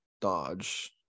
Dodge